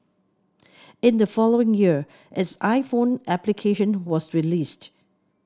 in the following year its iPhone application was released